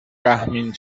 رحمین